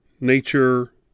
Nature